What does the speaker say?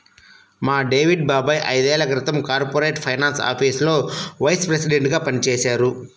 మా డేవిడ్ బాబాయ్ ఐదేళ్ళ క్రితం కార్పొరేట్ ఫైనాన్స్ ఆఫీసులో వైస్ ప్రెసిడెంట్గా పనిజేశారు